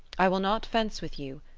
i will not fence with you,